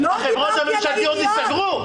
החברות הממשלתיות ייסגרו?